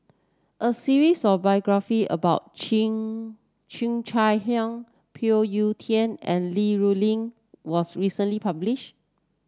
a series of biography about Cheo Cheo Chai Hiang Phoon Yew Tien and Li Rulin was recently published